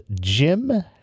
Jim